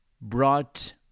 Brought